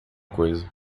coisa